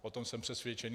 O tom jsem přesvědčen.